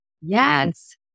Yes